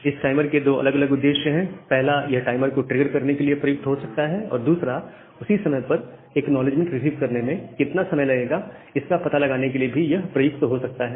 इस टाइमर के दो अलग अलग उद्देश्य हैं पहला यह टाइमर को ट्रिगर करने के लिए प्रयुक्त हो सकता है और दूसरा उसी समय पर एक्नॉलेजमेंट रिसीव करने में कितना समय लगेगा इसका पता लगाने के लिए भी यह प्रयुक्त हो सकता है